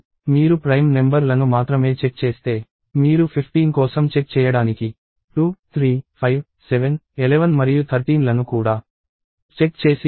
మీరు prime number లను మాత్రమే చెక్ చేస్తే మీరు 15 కోసం చెక్ చేయడానికి 2 3 5 7 11 మరియు 13 లను కూడా చెక్ చేసి ఉంటారు